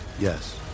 Yes